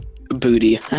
booty